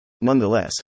Nonetheless